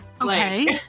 Okay